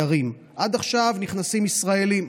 עד עכשיו נכנסים ישראלים,